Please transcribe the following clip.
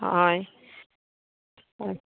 হয় হয়